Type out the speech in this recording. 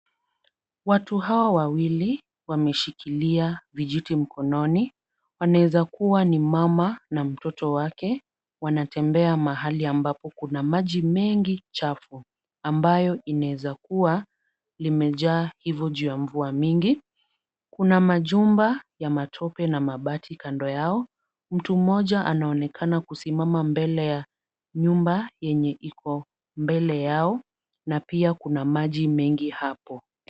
Watu hawa wawili wameshikilia vijiti mkononi. Wanaeza kuwa ni mama na mtoto wake. Wanatembea mahali ambapo kuna maji mengi chafu ambayo inaezakua limejaa hivo juu ya mvua mingi. Kuna majumba ya matope na mabati kando yao. Mtu mmoja anaonekana kusimama mbele ya nyumba yenye iko mbele yao na pia kuna maji megi hapo.